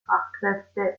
fachkräfte